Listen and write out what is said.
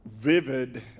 vivid